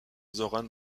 zoran